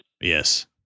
Yes